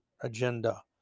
agenda